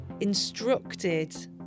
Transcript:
instructed